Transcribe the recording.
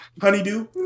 honeydew